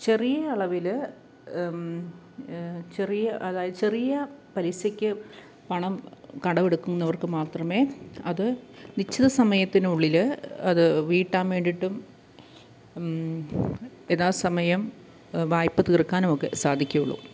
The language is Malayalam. ചെറിയ അളവിൽ ചെറിയ അതായത് ചെറിയ പലിശക്ക് പണം കടം എടുക്കുന്നവർക്ക് മാത്രമേ അത് നിശ്ചിത സമയത്തിനുള്ളിൽ അത് വീട്ടാൻ വേണ്ടിയിട്ടും യഥാസമയം വായ്പ്പ തീർക്കാനുമൊക്കെ സാധിക്കുകയുള്ളു